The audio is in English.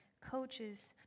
coaches